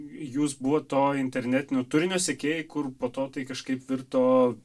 jūs buvot to internetinio turinio sekėjai kur po to tai kažkaip virto